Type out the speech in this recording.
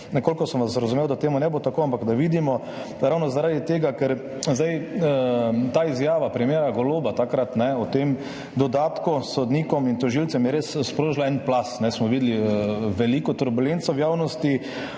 Nekoliko sem vas razumel, da to ne bo tako, ampak da vidimo. Ravno zaradi tega ker je izjava premierja Goloba o tem dodatku sodnikom in tožilcem takrat res sprožila en plaz, videli smo veliko turbulenco v javnosti.